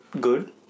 good